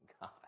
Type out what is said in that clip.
God